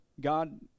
God